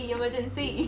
Emergency